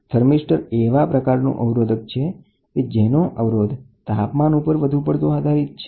thermistor એક પ્રકારનું અવરોધક છે કે જેનો અવરોધ પ્રમાણિત રેઝિસ્ટર કરતા તાપમાન ઉપર વધુ પડતો આધારિત છે